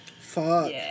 Fuck